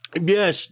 Yes